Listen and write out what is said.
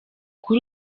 kuri